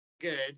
good